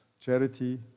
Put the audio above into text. charity